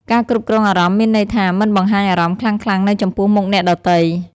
ការគ្រប់គ្រងអារម្មណ៍មានន័យថា មិនបង្ហាញអារម្មណ៍ខ្លាំងៗនៅចំពោះមុខអ្នកដទៃ។